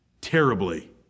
terribly